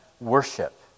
worship